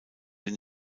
den